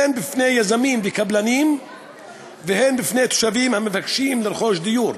הן בפני יזמים וקבלנים והן בפני תושבים המבקשים לרכוש דיור.